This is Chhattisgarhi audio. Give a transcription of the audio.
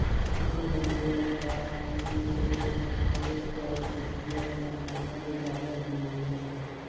पसु हर जेला खाइसे तेहर पयच जाये कहिके ओला जादा ले जादा घुमाना चाही